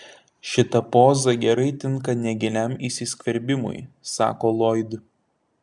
šita poza gerai tinka negiliam įsiskverbimui sako loyd